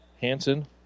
Hansen